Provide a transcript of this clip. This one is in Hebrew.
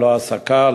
ללא הסקה,